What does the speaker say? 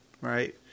right